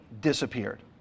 disappeared